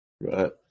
right